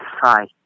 hi